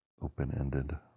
open-ended